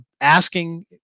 asking